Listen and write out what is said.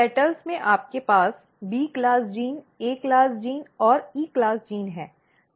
पंखुड़ियों में आपके पास B class gene A class gene और ई क्लास जीन है